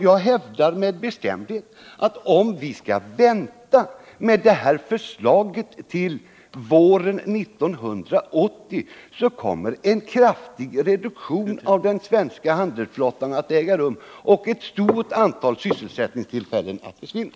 Jag hävdar med bestämdhet att om vi skall vänta med detta förslag till våren 1980, kommer en kraftig reduktion av den svenska handelsflottan att äga rum och ett stort antal sysselsättningstillfällen att försvinna.